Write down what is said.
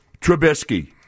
Trubisky